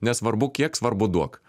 nesvarbu kiek svarbu duok